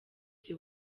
the